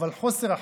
אבל חוסר אחריות.